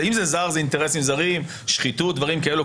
אם זה זר זה אינטרסים זרים, שחיתות ודברים כאלה?